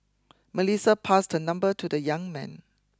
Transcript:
Melissa passed her number to the young man